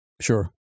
Sure